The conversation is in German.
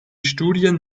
studien